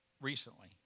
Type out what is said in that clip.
recently